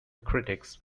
critics